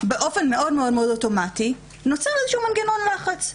באופן מאוד מאוד אוטומטי נוצר איזשהו מנגנון לחץ.